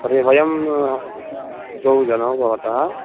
तर्हि वयं द्वौ जनौ भवतः